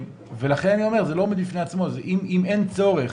לכן אני טוען שזה לא עומד בפני עצמו אם אין צורך.